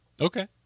Okay